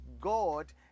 God